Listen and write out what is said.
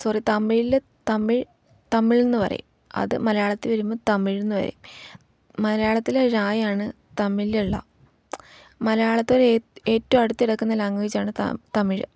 sorry തമിഴിൽ തമിഴ് തമിഴെന്നു പറയും അത് മലയാളത്തിൽ വരുമ്പോൾ തമിഴെന്നു വരും മലയാളത്തിലെ ഴായാണ് തമിഴിലുള്ള മലയാളത്തോട് ഏറ്റവും അടുത്ത് കിടക്കുന്ന ലാംഗ്വേജാണ് ത തമിഴ്